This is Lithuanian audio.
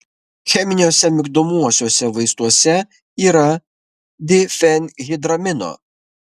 cheminiuose migdomuosiuose vaistuose yra difenhidramino